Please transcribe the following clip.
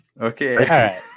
Okay